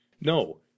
No